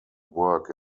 work